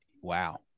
wow